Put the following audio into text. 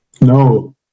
No